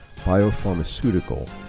Biopharmaceutical